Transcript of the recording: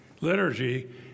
liturgy